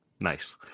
Nice